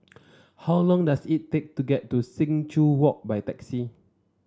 how long does it take to get to Sing Joo Walk by taxi